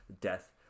death